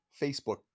Facebook